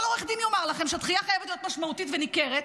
כל עורך דין יאמר לכם שהדחייה חייבת להיות משמעותית וניכרת,